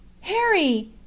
Harry